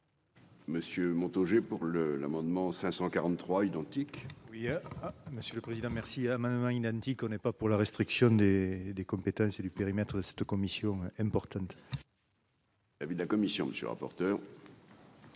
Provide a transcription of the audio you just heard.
Monsieur Montaugé pour le l'amendement 543 identique. Oui, monsieur le président merci à maman identique, on n'est pas pour la restriction des des compétences et du périmètre cette commission importante. L'avis de la commission, monsieur le rapporteur.